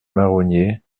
marronniers